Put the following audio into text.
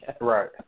Right